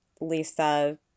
Lisa